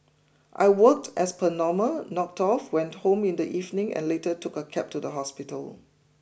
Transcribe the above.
I worked as per normal knocked off went home in the evening and later took a cab to the hospital